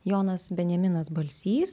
jonas benjaminas balsys